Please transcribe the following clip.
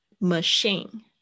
Machine